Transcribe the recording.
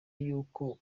y’uko